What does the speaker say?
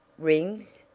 rings!